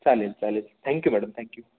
चालेल चालेल thank you madam thank you